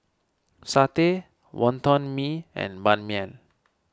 Satay Wonton Mee and Ban Mian